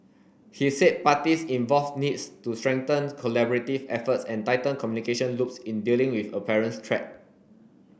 he said parties involved needs to strengthen collaborative efforts and tighten communication loops in dealing with apparent threat